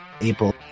April